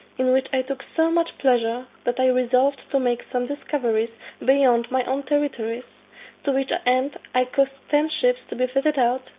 in which i took so much pleasure, that i resolved to make some discoveries beyond my own territories to which end i caused ten ships to be fitted out,